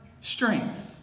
strength